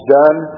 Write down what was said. done